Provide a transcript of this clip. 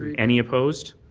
any opposed.